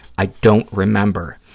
i don't remember.